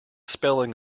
spelling